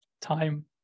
time